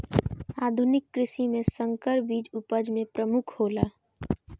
आधुनिक कृषि में संकर बीज उपज में प्रमुख हौला